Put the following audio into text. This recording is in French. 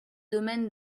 domaine